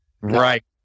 Right